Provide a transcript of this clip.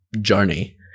journey